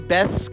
Best